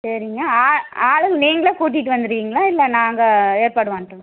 சரிங்க ஆ ஆளுங்கள நீங்களே கூட்டிகிட்டு வந்துருவிங்களா இல்லை நாங்கள் ஏற்பாடு பண்ணுட்டும்